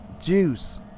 Juice